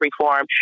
reform